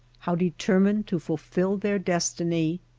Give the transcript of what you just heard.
how determined to fulfill their destiny!